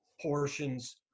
portions